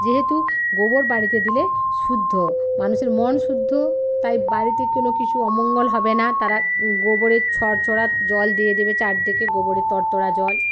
যেহেতু গোবর বাড়িতে দিলে শুদ্ধ মানুষের মন শুদ্ধ তাই বাড়িতে কোনো কিছু অমঙ্গল হবে না তারা গোবরের ছরছরা জল দিয়ে দেবে চারদিকে গোবরের তরতরা জল